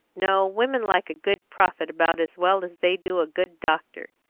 no, women like a good prophet about as well as they do a good doctor.